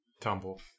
Tumble